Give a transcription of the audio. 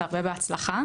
והרבה בהצלחה.